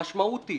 המשמעות היא